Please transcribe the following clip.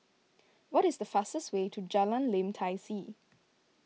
what is the fastest way to Jalan Lim Tai See